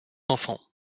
enfants